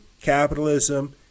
capitalism